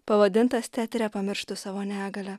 pavadintas teatre pamirštu savo negalią